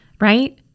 right